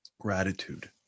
gratitude